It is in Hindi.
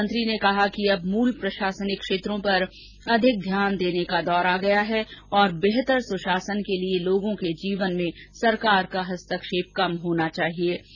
प्रधानमंत्री ने कहा कि अब मूल प्रशासनिक क्षेत्रों पर अधिक ध्यान देने का दौर आ गया है और बेहतर सुशासन के लिए लोगों के जीवन में सरकार का हस्तक्षेप कम होना चाहिए